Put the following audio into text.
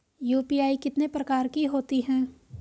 UPI कितने प्रकार की होती हैं?